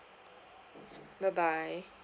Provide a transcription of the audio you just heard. bye bye